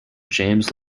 james